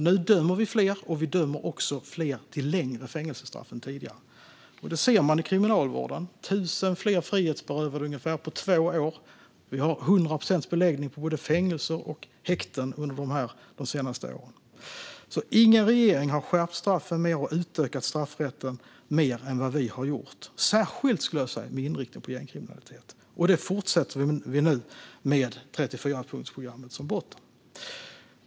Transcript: Nu dömer vi alltså fler, och vi dömer också fler till längre fängelsestraff än tidigare. Det ser man i kriminalvården - ungefär 1 000 fler frihetsberövade på två år. Vi har 100 procents beläggning på både fängelser och häkten de senaste åren. Ingen regering har alltså skärpt straffen mer och utökat straffrätten mer än vad vi har gjort - särskilt, skulle jag säga, med inriktning på gängkriminalitet. Och det fortsätter vi med nu, med 34-punktsprogrammet som botten.